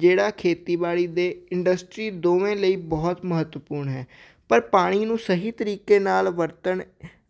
ਜਿਹੜਾ ਖੇਤੀਬਾੜੀ ਦੇ ਇੰਡਸਟਰੀ ਦੋਵਾਂ ਲਈ ਬਹੁਤ ਮਹੱਤਵਪੂਰਨ ਹੈ ਪਰ ਪਾਣੀ ਨੂੰ ਸਹੀ ਤਰੀਕੇ ਨਾਲ ਵਰਤਣ